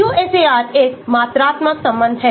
तो QSAR एक मात्रात्मक संबंध है